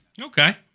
Okay